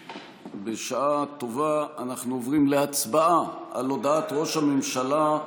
בשעה טובה אנחנו עוברים להצבעה על הודעת ראש הממשלה.